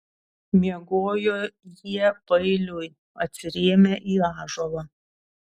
miegojo jie paeiliui atsirėmę į ąžuolą